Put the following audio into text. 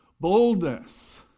Boldness